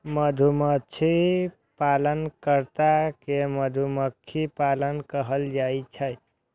मधुमाछी पालन कर्ता कें मधुमक्खी पालक कहल जाइ छै